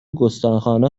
گستاخانه